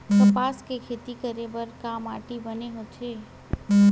कपास के खेती करे बर का माटी बने होथे?